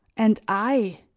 and i,